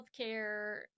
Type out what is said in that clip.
healthcare